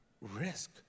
risk